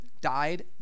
died